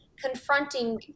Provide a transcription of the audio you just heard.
confronting